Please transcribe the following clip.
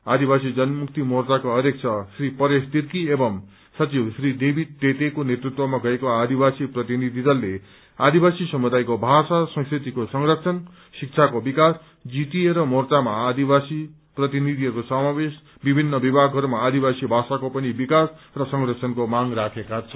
आदिवासी जनमुक्ति मोर्चाका अध्यब श्री परेश तिर्की एवं सचिव श्री डेविड टेटेको नेतृत्वया गएको आदिवासी प्रतिनिधि दलले आदिवासी समुदायको भाषा संस्कृतिको संरबण शिक्षाको विकास जीटीए र मोर्चामा आदिवासी प्रतिनिधिहयको समावेश विभित्र विभागहरूमा आदिवासी भाषाको पनि विकास र संरक्षणको माग राखेका छन्